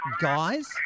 guys